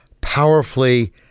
powerfully